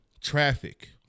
traffic